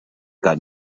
got